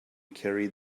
carry